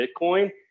Bitcoin